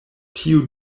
tiu